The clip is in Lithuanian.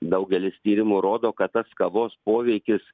daugelis tyrimų rodo kad tas kavos poveikis